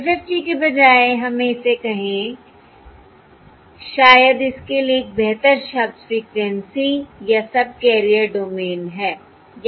FFT के बजाय हमें इसे कहें शायद इसके लिए एक बेहतर शब्द फ़्रीक्वेंसी या सबकैरियर डोमेन है